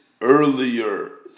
earlier